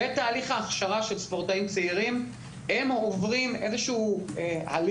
ספורטאים צעירים עוברים בתהליך ההכשרה